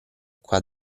qua